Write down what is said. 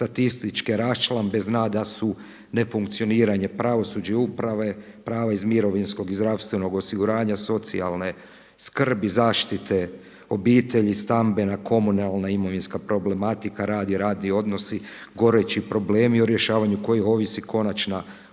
statističke raščlambe zna da su nefunkcioniranja pravosuđa i uprave, prava iz mirovinskog i zdravstvenog osiguranja, socijalne skrbi, zaštite obitelji, stambena, komunalna i imovinska problematika, rad i radni odnosi goreći problemi o rješavanju koji ovisi konačna prosudba